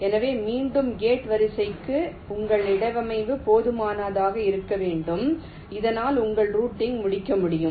எனவே மீண்டும் கேட் வரிசைக்கு உங்கள் இடவமைவு போதுமானதாக இருக்க வேண்டும் இதனால் உங்கள் ரூட்டிங் முடிக்க முடியும்